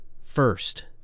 first